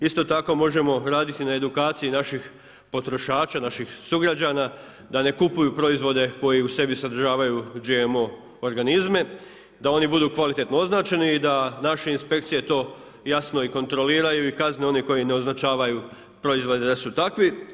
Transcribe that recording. Isto tako možemo raditi na edukaciji naših potrošača, naših sugrađana da ne kupuju proizvode koji u sebi sadržavaju GMO organizme, da oni budu kvalitetno označeni i da naše inspekcije to jasno i kontroliraju i kazne one koji ne označavaju proizvode da su takvi.